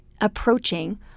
approaching